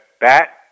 bat